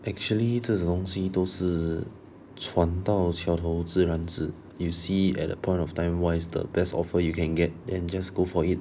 actually 这种东西都是船到桥头自然直 you see at that point of time what is the best offer you can get then just go for it